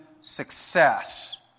success